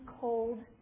cold